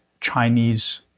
Chinese